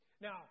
Now